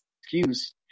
excuse